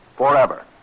forever